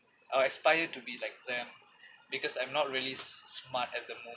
I'll aspire to be like them because I'm not really s~ smart at the mo~